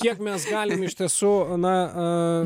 kiek mes galime iš tiesų na